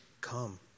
Come